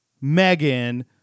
Megan